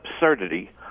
absurdity